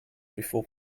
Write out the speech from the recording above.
before